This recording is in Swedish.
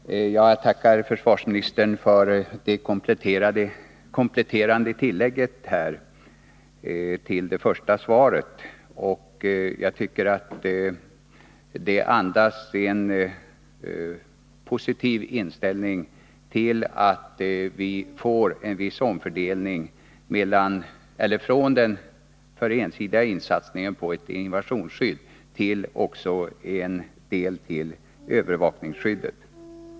Herr talman! Jag tackar försvarsministern för det kompletterande tillägget till det första svaret. Jag tycker att det andas en positiv inställning till att vi får en viss omfördelning från den alltför ensidiga satsningen på ett invasionsskydd till ett övervakningsskydd.